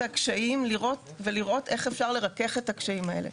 הקשיים ולראות איך אפשר לרכך את הקשיים האלה,